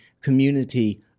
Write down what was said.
community